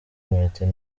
martin